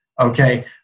Okay